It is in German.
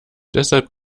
deshalb